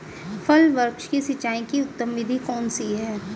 फल वृक्ष की सिंचाई की उत्तम विधि कौन सी है?